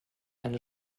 eine